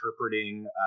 interpreting